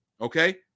Okay